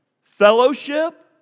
fellowship